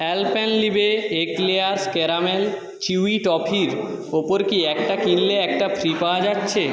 Alpenliebe Eclairs caramel chewy টফির ওপর কি একটা কিনলে একটা ফ্রি পাওয়া যাচ্ছে